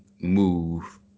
move